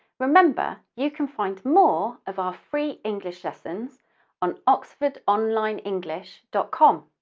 remember, you can find more of our free english lessons on oxford online english dot com.